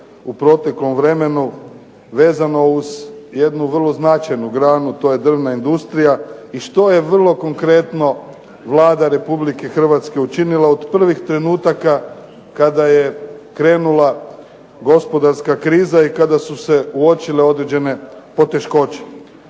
u proteklom vremenu vezano uz jednu vrlo značajnu granu, to je drvna industrija i što je vrlo konkretno Vlada Republike Hrvatske učinila od prvih trenutaka kada je krenula gospodarska kriza i kada su se uočile određene poteškoće.